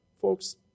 Folks